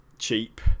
cheap